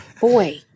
boy